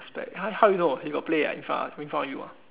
how how you know he got play in front of you